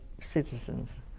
citizens